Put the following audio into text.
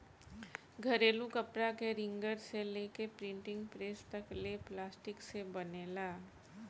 घरेलू कपड़ा के रिंगर से लेके प्रिंटिंग प्रेस तक ले प्लास्टिक से बनेला